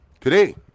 Today